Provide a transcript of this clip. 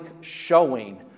showing